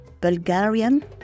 Bulgarian